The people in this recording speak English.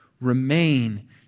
Remain